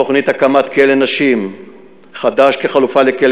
תוכנית הקמת כלא נשים חדש כחלופה לכלא